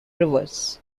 rivers